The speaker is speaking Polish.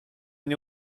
nie